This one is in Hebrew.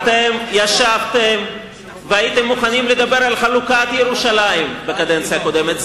אתם ישבתם והייתם מוכנים לדבר על חלוקת ירושלים בקדנציה הקודמת.